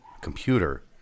computer